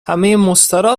مستراح